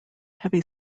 heavy